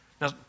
Now